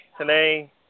today